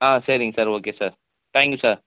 ஆ சரிங்க sir okay sir thank you sir